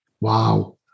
wow